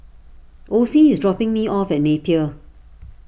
Osie is dropping me off at Napier